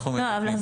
תודה רבה.